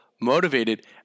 motivated